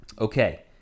Okay